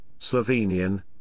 Slovenian